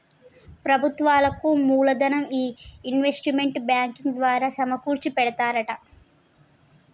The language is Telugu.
ప్రభుత్వాలకు మూలదనం ఈ ఇన్వెస్ట్మెంట్ బ్యాంకింగ్ ద్వారా సమకూర్చి ఎడతారట